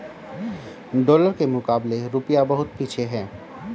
dollar के मुकाबले रूपया बहुत पीछे है